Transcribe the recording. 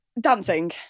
dancing